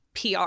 PR